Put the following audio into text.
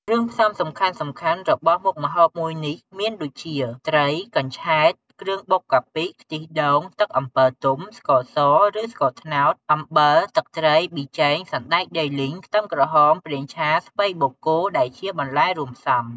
គ្រឿងផ្សំសំខាន់ៗរបស់មុខម្ហូបមួយនេះមានដូចជា ត្រី កញ្ឆែត គ្រឿងបុកកាពិ ខ្ទិះដូង ទឹកអំពិលទុំ ស្ករស ឬស្ករត្នោត អំបិល ទឹកត្រី ប៊ីចេង សណ្ដែកដីលីង ខ្ទឹមក្រហម ប្រេងឆា ស្ពៃបូកគោដែលជាបន្លែរួមផ្សំ។